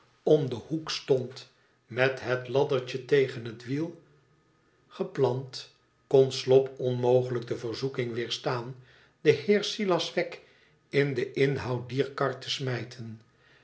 om den hoek stond met het laddertje tegen het wiel geplant kon slop onmogelijk de verzoeking weerstaan den heer silas wegg in den inhoud dier kar te smijten